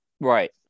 Right